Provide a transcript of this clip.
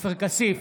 עופר כסיף,